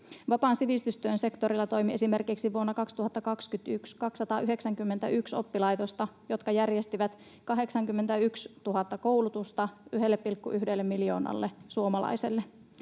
vapaan sivistystyön sektorilla toimi 291 oppilaitosta, jotka järjestivät 81 000 koulutusta 1,1 miljoonalle